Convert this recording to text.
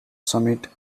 summit